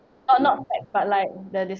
oh not fact but like the